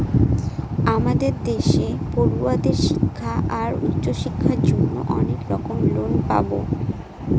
আমাদের দেশে পড়ুয়াদের শিক্ষা আর উচ্চশিক্ষার জন্য অনেক রকম লোন পাবো